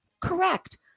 Correct